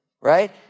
right